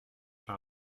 par